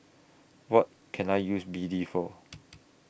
What Can I use B D For